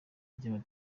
rya